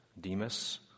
Demas